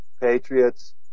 patriots